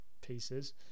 pieces